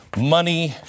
money